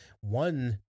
one